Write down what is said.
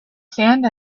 sand